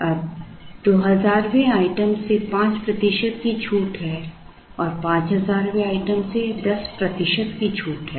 अब 2000वें आइटम से 5 प्रतिशत की छूट है और 5000वें आइटम से 10 प्रतिशत की छूट है